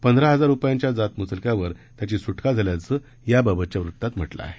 पंधरा हजार रुपयाच्या जात मुचलक्यावर त्यांची सुटका झाल्याचं याबाबतच्या वृत्तात म्हटलं आहे